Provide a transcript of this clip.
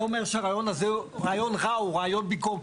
לא אומר שהרעיון הזה הוא רעיון רע או רעיון טוב,